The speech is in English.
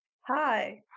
Hi